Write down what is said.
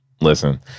listen